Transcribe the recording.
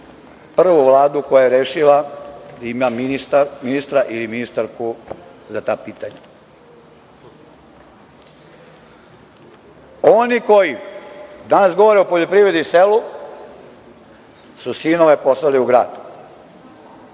prvu Vladu koja je rešila da ima ministra ili ministarku za ta pitanja. Oni koji danas govore o poljoprivredi i selu su sinove poslali u grad.